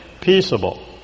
peaceable